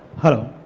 hello,